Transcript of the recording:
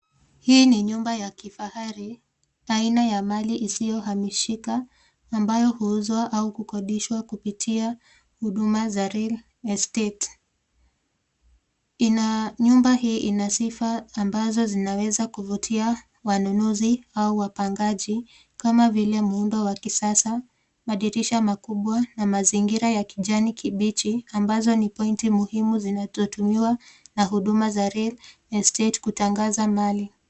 Hii ni nyumba ya kifahari aina ya mali isiyohamishika ambayo huuzwa au kukodishwa kupitia huduma za real estate . Ina- Nyumba hii ina sifa ambazo zinaweza kuvutia wanunuzi au wapangaji kama vile muundo wa kisasa, madirisha makubwa na mazingira ya kijani kibichi ambazo ni point muhimu zinazotumiwa na huduma za real estate kutangaza mali.